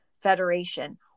Federation